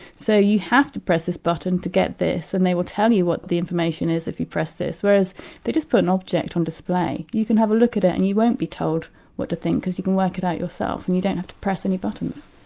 so you have to press this button to get this, and they will tell you what the information is if you press this. whereas if they just put an object on display, you can have a look at it, and you won't be told what to think because you can work it out yourself and you don't have to press any buttons.